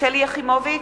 שלי יחימוביץ,